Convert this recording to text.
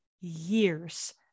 years